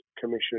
Commission